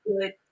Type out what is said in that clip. good